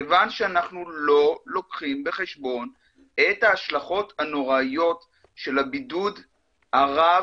כיוון שאנחנו לא לוקחים בחשבון את ההשלכות הנוראיות של הבידוד הרב,